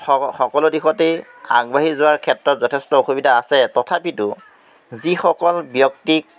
সকলো দিশতেই আগবাঢ়ি যোৱাৰ ক্ষেত্ৰত যথেষ্ট অসুবিধা আছে তথাপিতো যিসকল ব্যক্তিক